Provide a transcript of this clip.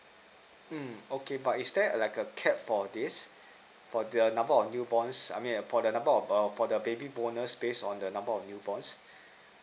mm okay but is there like a cap for this for the number of newborns I mean for the number of err for the baby bonus based on the number of newborns